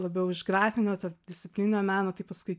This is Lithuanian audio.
labiau iš grafinio tarpdisciplininio meno tai paskui